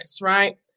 right